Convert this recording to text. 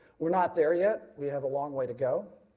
we are not there yet, we have a long way to go.